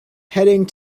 heading